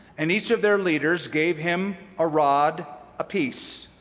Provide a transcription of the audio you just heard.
and each of their leaders gave him a rod apiece,